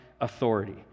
authority